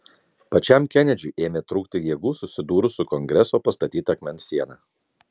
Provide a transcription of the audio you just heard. pačiam kenedžiui ėmė trūkti jėgų susidūrus su kongreso pastatyta akmens siena